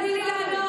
תני לי לענות.